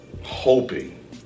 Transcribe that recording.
hoping